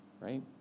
right